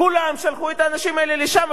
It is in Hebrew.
כולם שלחו את האנשים האלה לשם,